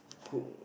cool